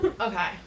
Okay